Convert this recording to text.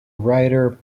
writer